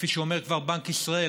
כפי שאומר כבר בנק ישראל,